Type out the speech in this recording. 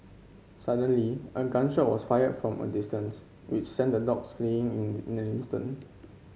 suddenly a gun shot was fired from a distance which sent the dogs fleeing in in an instant